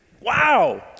Wow